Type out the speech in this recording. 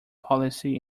policy